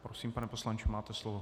Prosím, pane poslanče, máte slovo.